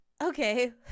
Okay